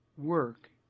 work